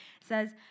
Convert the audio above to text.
Says